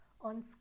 on